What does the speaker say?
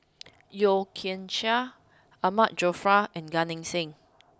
Yeo Kian Chai Ahmad Jaafar and Gan Eng Seng